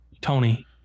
Tony